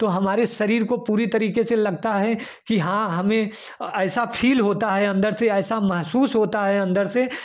तो हमारे शरीर को पूरी तरीके से लगता है कि हाँ हमें ऐसा फील होता है अन्दर से ऐसा महसूस होता है अन्दर से